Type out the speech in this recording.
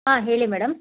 ಹಾಂ ಹೇಳಿ ಮೇಡಮ್